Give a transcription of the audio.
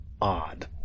odd